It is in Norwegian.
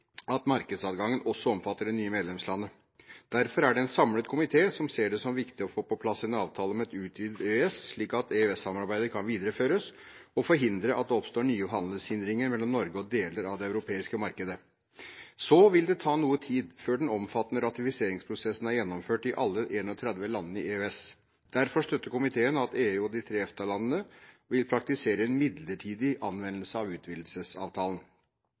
at markedsadgangen også omfatter det nye medlemslandet. Derfor er det en samlet komité som ser det som viktig å få på plass en avtale om et utvidet EØS, slik at EØS-samarbeidet kan videreføres og forhindre at det oppstår nye handelshindringer mellom Norge og deler av det europeiske markedet. Det vil ta noe tid før den omfattende ratifiseringsprosessen er gjennomført i alle 31 land i EØS, og derfor støtter komiteen at EU og de tre EFTA-landene vil praktisere en midlertidig anvendelse av utvidelsesavtalen.